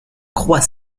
croix